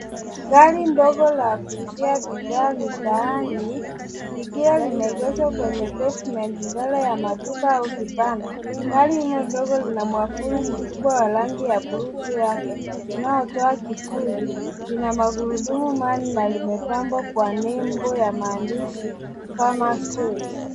Gari ndogo la kuuzia bidhaa mitaani likiwa limeegezwa kwenye pavement mbele ya maduka au vibanda. Gari hilo ndogo lina mwavuli mkubwa wa rangi ya bluu juu yake unaotoa kivuli lina magurudumu manne na limepambwa kwa nembo ya maandishi Famers' Choice .